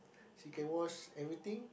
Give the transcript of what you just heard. she can wash everything